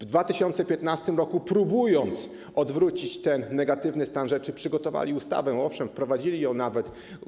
W 2015 r., próbując odwrócić ten negatywny stan rzeczy, przygotowali ustawę, owszem, wprowadzili ją nawet.